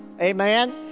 amen